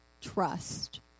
trust